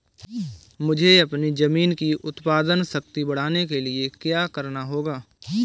मुझे अपनी ज़मीन की उत्पादन शक्ति बढ़ाने के लिए क्या करना होगा?